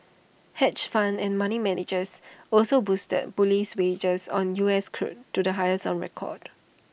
hedge funds and money managers also boosted bullish wagers on U S crude to the highest on record